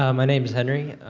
um my name is henry,